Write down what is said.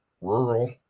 rural